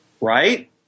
right